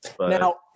Now